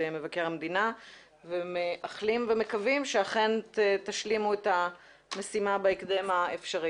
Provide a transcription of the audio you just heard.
מבקר המדינה ומאחלים ומקווים שאכן תשלימו את המשימה בהקדם האפשרי.